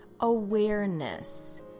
awareness